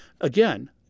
again